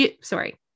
Sorry